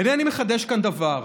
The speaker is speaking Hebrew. אינני מחדש כאן דבר,